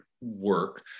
work